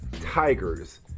Tigers